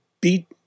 beat